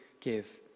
give